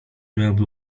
miałoby